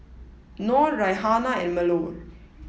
nor Raihana and Melur